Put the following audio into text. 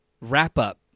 wrap-up